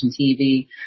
TV